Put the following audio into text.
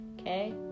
Okay